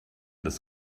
des